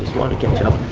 wanted to catch up.